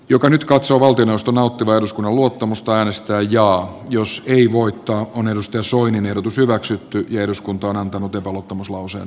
joka nyt katsoo valtioneuvoston nauttivan eduskunnan luottamusta äänestää jaa jos ei voittaa on edustaja soinin ehdotus hyväksytty ja eduskunta on antanut epäluottamuslauseen valtioneuvostolle